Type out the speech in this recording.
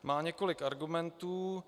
Má několik argumentů.